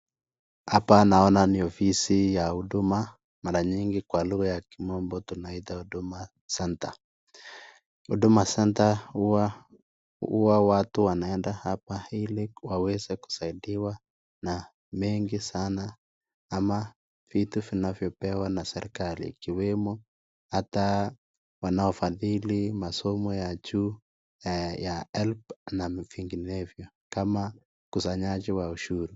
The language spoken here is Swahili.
Hapa naona ni ofisi ya huduma, mara nyingi kwa lugha ya kimombo tunaita Huduma Center, huduma center watu huwa wanaenda hapa ili waweze kusaidiwa na mengi sana ama vitu vinavyopewa na serikali ikiwemo ata wanaofadhili masomo ya juu ya HELB na vinginevyo kama ukusanyaji wa ushuru.